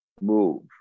move